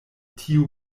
tiu